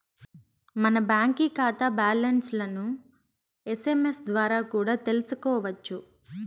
మన బాంకీ కాతా బ్యాలన్స్లను ఎస్.ఎమ్.ఎస్ ద్వారా కూడా తెల్సుకోవచ్చు